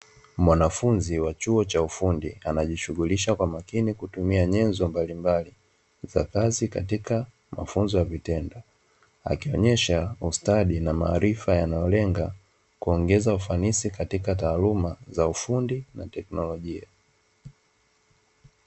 Mwanafunzi wa chuo cha ufundi anajishughulisha kwa makini, kutumia nyenzo mbalimbali za kazi katika mafunzo ya vitendo, akionyesha ustadi na maarifa yanayolenga kuongeza ufanisi katika taaluma za ufundi na teknolojia.